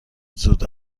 زود